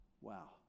Wow